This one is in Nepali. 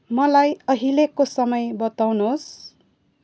मलाई अहिलेको समय बताउनुहोस्